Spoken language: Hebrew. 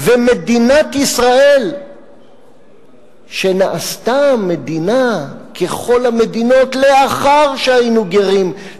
ומדינת ישראל שנעשתה מדינה ככל המדינות לאחר שהיינו גרים,